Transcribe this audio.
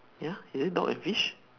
ya is it dog and fish